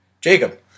Jacob